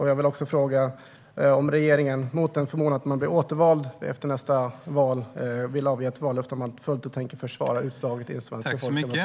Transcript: Jag vill också fråga om regeringen, om man mot förmodan blir återvald, vill avge ett vallöfte om att fullt ut försvara utslaget i den svenska folkomröstningen om EMU.